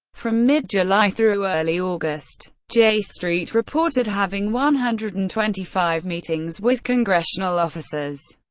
from mid-july through early august, j street reported having one hundred and twenty five meetings with congressional offices.